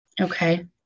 Okay